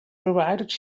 provided